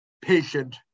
patient